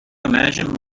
imagine